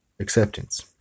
acceptance